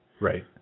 Right